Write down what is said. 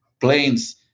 planes